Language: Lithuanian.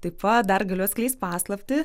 taip pat dar galiu atskleist paslaptį